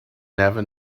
never